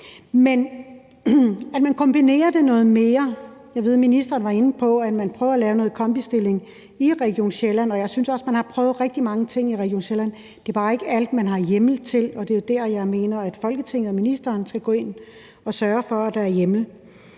også at man kombinerer det noget mere. Jeg ved, at ministeren var inde på at prøve at lave nogle kombistillinger i Region Sjælland. Jeg synes også, man har prøvet rigtig mange ting i Region Sjælland. Det er bare ikke alt, man har hjemmel til, og det er jo der, jeg mener at Folketinget og ministeren skal gå ind og sørge for at der er hjemmel.